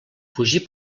fugir